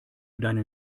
deinen